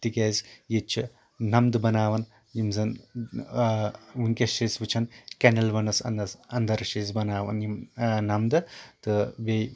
تِکیازِ ییٚتہِ چھِ نَمدٕ بَناوان یِم زَن وٕنٛکیٚس چھِ أسۍ وٕچھان کینلونَس اَنٛدر چھِ أسۍ بَناوان یِم نمدٕ تہٕ بیٚیہِ